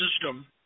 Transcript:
system